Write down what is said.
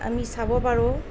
আমি চাব পাৰোঁ